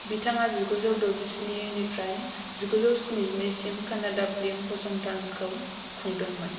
बिथाङा जिगुजौ द'जिस्नि निफ्राय जिगुजौ स्निजिनै सिम कन्नाडा फिल्म फसंथानखौ खुंदोंमोन